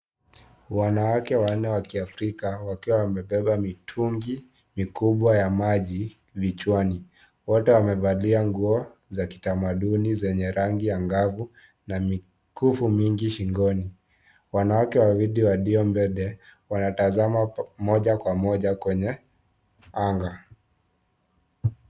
Wanawake wanne wa kiafrika wakiwa wamebeba mitungi mikubwa ya maji vichwani. Wote wamevalia nguo za kitamaduni zenye rangi angavu, na mikufu mingi shingoni. Wanawake wawili walio mbele, wanatazama moja kwa moja kwenye anga.